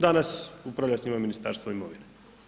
Danas upravlja s njima Ministarstvo imovine.